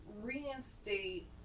reinstate